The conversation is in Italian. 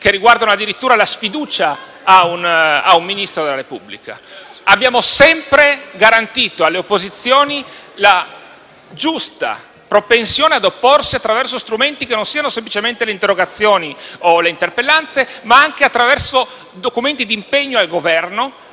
che riguardavano addirittura la sfiducia a un Ministro della Repubblica. Abbiamo sempre garantito alle opposizioni la giusta propensione a opporsi attraverso strumenti che non siano semplicemente le interrogazioni o le interpellanze, ma anche attraverso documenti di impegno per il Governo